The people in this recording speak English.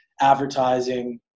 advertising